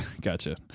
Gotcha